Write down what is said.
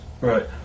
Right